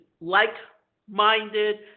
like-minded